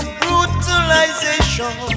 brutalization